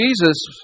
Jesus